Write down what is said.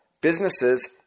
businesses